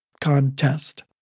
contest